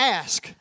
ask